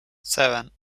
seven